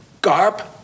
Garp